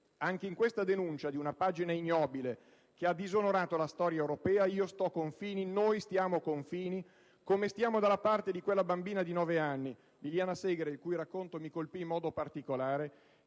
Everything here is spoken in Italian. Anche in questa denuncia di una pagina ignobile che ha disonorato la storia europea, io sto con Fini, noi stiamo con Fini, come stiamo dalla parte di quella bambina di nove anni, Liliana Segre, il cui racconto mi colpì in modo particolare,